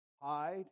Hide